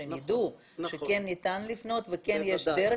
שהם יידעו שכן ניתן לפנות וכן יש דרך